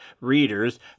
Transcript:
readers